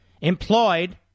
employed